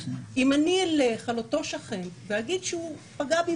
אם אני אלך ואגיד שאותו שכן פגע בי